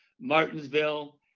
Martinsville